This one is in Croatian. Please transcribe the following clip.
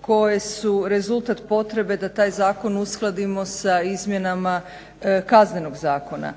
koje su rezultat potrebe da taj zakon uskladimo sa izmjenama KZ-a.